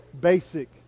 basic